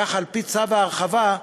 כך על-פי צו ההרחבה,